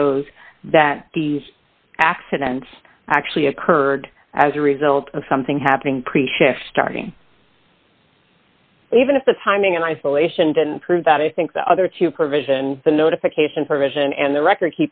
shows that these accidents actually occurred as a result of something happening pre shared starting even if the timing and isolation didn't prove that i think the other two provision the notification provision and the record